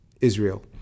Israel